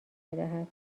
بدهد